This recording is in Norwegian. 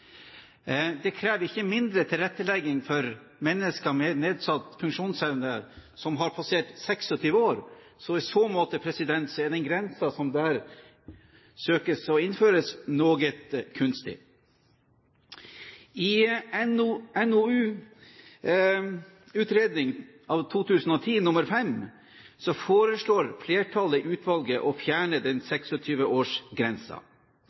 det krever en del mer tilrettelegging for mennesker med nedsatt funksjonsevne. Det krever ikke mindre tilrettelegging for mennesker med nedsatt funksjonsevne når de har passert 26 år, så i så måte er den grensen som der søkes innført, noe kunstig. I NOU 2010:5 foreslår flertallet i utvalget å fjerne den